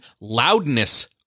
loudness